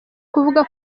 kuvuga